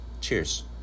cheers